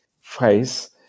phrase